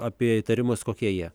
apie įtarimus kokie jie